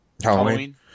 Halloween